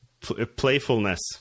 playfulness